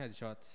headshots